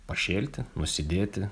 pašėlti nusidėti